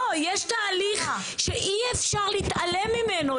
לא, יש תהליך שאי אפשר להתעלם ממנו.